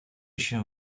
się